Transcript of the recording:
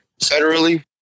federally